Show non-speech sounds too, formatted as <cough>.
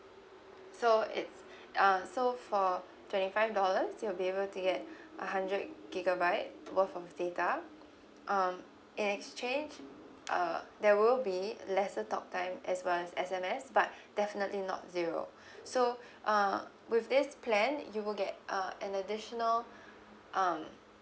so it's <breath> uh so for twenty five dollars you'll be able to get <breath> a hundred gigabyte worth of data um in exchange uh there will be lesser talk time as well as S_M_S but <breath> definitely not zero <breath> so <breath> uh with this plan you will get uh an additional <breath> um